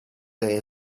day